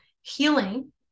healing